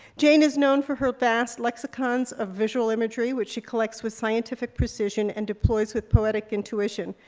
jane is known for her vast lexicons of visual imagery, which she collects with scientific precision and deploys with poetic intuition.